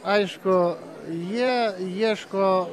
aišku jie ieško